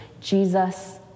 Jesus